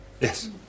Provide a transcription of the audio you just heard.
Yes